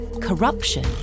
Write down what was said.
corruption